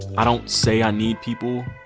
i don't say i need people.